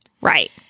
Right